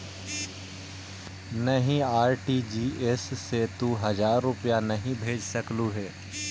नहीं, आर.टी.जी.एस से तू हजार रुपए नहीं भेज सकलु हे